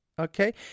Okay